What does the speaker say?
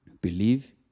believe